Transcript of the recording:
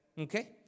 okay